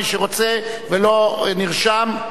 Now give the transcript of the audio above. מי שרוצה ולא נרשם,